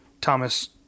Thomas